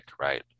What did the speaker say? right